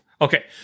Okay